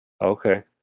Okay